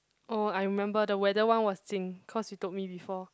oh I remember the weather one was Jing cause you told me before